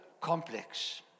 complex